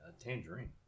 Tangerine